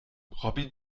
robin